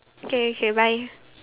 okay okay bye